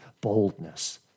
boldness